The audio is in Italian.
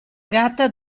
gatta